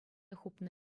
хупнӑ